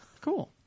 Cool